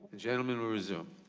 gentleman will resume.